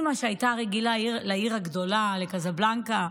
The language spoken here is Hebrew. אימא, שהייתה רגילה לעיר הגדולה, לקזבלנקה,